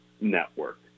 network